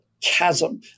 chasm